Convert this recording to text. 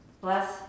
bless